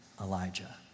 Elijah